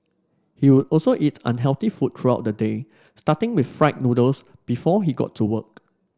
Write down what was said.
he would also eat unhealthy food throughout the day starting with fried noodles before he got to work